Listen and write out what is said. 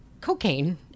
cocaine